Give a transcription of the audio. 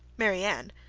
marianne,